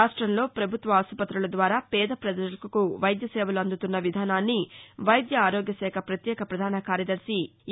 రాష్టంలో ప్రభుత్వ ఆసుపత్రుల ద్వారా పేద పజలకు వైద్యసేవలు అందుతున్న విధానాన్ని వైద్య ఆరోగ్యశాఖ ప్రత్యేక రధాన కార్యదర్భి ఎ